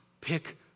pick